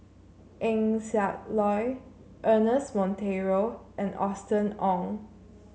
Eng Siak Loy Ernest Monteiro and Austen Ong